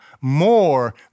more